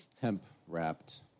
hemp-wrapped